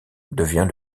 devient